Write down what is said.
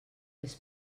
les